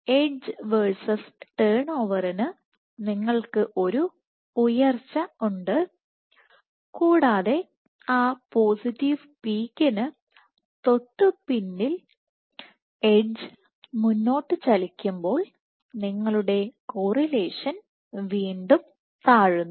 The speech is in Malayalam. എഡ്ജ് വേഴ്സസ് ടേൺ ഓവറിന് നിങ്ങൾക്ക് ഒരു ഉയർച്ച ഉണ്ട് കൂടാതെ ആ പോസിറ്റീവ് പീക്കിന് തൊട്ടുപിന്നിൽ എഡ്ജ് മുന്നോട്ട് ചലിക്കുമ്പോൾ നിങ്ങളുടെ കോറിലേഷൻ correlation വീണ്ടും താഴ്ന്നു